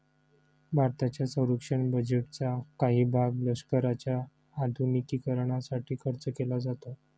भारताच्या संरक्षण बजेटचा काही भाग लष्कराच्या आधुनिकीकरणासाठी खर्च केला जातो